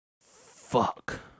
Fuck